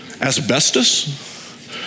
Asbestos